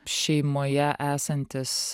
šeimoje esantis